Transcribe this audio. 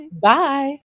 bye